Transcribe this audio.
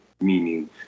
meaning